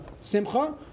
simcha